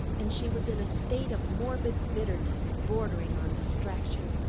and she was in a state of morbid bitterness bordering on distraction.